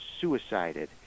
suicided